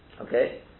Okay